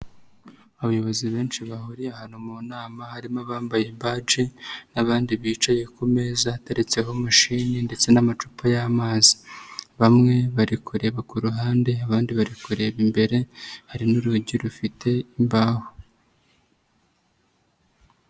Abayobozi benshi bahuriye ahantu mu nama harimo abambaye baji n'abandi bicaye ku meza hateretseho mashini ndetse n'amacupa y'amazi bamwe bari kureba ku ruhande abandi bari kureba imbere hari n'urugi rufite imbaho.